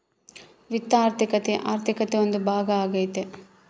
ವಿತ್ತ ಆರ್ಥಿಕತೆ ಆರ್ಥಿಕತೆ ಒಂದು ಭಾಗ ಆಗ್ಯತೆ